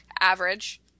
average